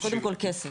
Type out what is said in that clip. קודם כל כסף.